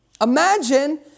Imagine